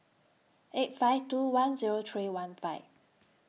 eight five two one Zero three one five